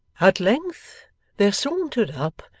at length there sauntered up,